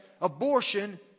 abortion